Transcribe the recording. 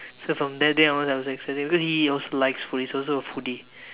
so from that day onwards I was like exercising because he also likes food he's also a foodie